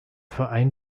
verein